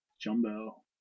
jumbo